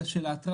אלא של ההתראה,